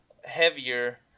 heavier